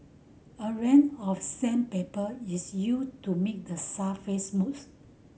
a range of sandpaper is used to make the surface smooth